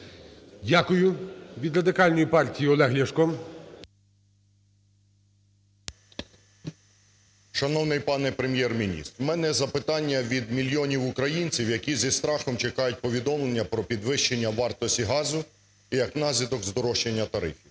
Дякую. Від Радикальної партії Олег Ляшко. 10:28:31 ЛЯШКО О.В. Шановний пане Прем'єр-міністр, у мене запитання від мільйонів українців, які зі страхом чекають повідомлення про підвищення вартості газу і як наслідок здорожчання тарифів.